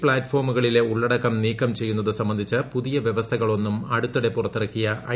പ്ലാറ്റ്ഫോമുകളിലെ ഉള്ളടക്കം നീക്കം ചെയ്യുന്നത് സംബന്ധിച്ച് പുതിയ വൃവസ്ഥകൾ ഒന്നും അടുത്തിടെ പുറത്തിറക്കിയ ഐ